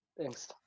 thanks